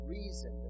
reason